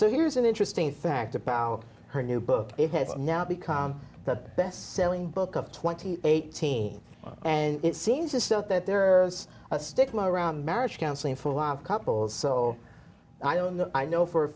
so here's an interesting fact about her new book it has now become the bestselling book of twenty eight and it seems to still that there are a stigma around marriage counseling for couples so i don't know i know for a